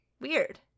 Weird